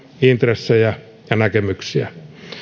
intressejä ja näkemyksiä